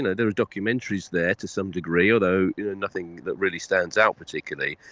and there are documentaries there to some degree, although nothing that really stands out particularly.